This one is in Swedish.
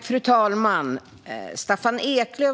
Fru talman!